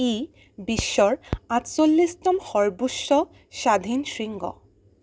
ই বিশ্বৰ আঠচল্লিছতম সৰ্বোচ্চ স্বাধীন শৃংগ